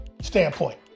standpoint